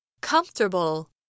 comfortable